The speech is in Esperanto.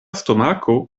stomako